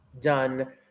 done